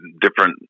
different